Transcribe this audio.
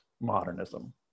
modernism